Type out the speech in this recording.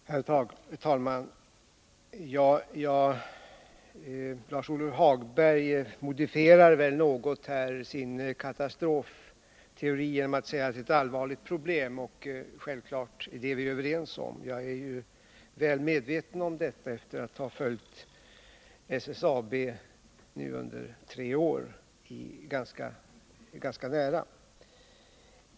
Herr talman! Lars-Ove Hagberg modifierar väl sin katastrofteori något, när han säger att det är ett allvarligt problem. Självfallet är vi överens om det. Jag är väl medveten om detta efter att under tre år ha följt SSAB:s utveckling ganska nära.